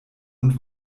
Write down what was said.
und